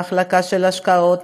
מחלקה של השקעות,